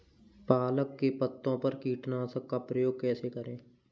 पालक के पत्तों पर कीटनाशक का प्रयोग कैसे करें?